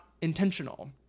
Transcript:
intentional